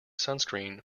sunscreen